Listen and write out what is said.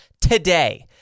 today